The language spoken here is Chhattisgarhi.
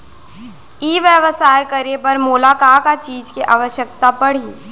ई व्यवसाय करे बर मोला का का चीज के आवश्यकता परही?